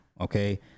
okay